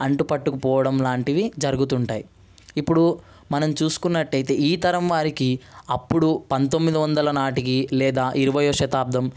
అంటుపట్టకపోవడం లాంటివి జరుగుతుంటాయి ఇప్పుడు మనం చూసుకున్నట్టయితే ఈ తరం వారికి అప్పుడు పంతొమ్మిది వందల నాటికీ లేదా ఇరవయ్యో శతాబ్దం